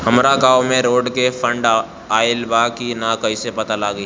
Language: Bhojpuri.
हमरा गांव मे रोड के फन्ड आइल बा कि ना कैसे पता लागि?